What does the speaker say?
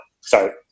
sorry